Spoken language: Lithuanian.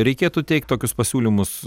reikėtų teikt tokius pasiūlymus